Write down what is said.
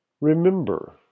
remember